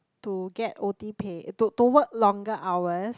to get O_T pay to to work longer hours